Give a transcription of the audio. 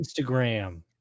Instagram